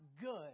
good